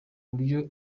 buryo